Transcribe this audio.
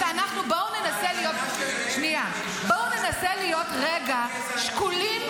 בואו ננסה להיות --- זו מפלגה לא לגיטימית,